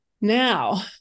now